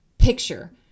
picture